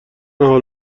حال